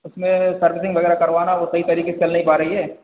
उसमें सर्विसिंग वगैरह करवाना वह सही तरीके से चल नहीं पा रही है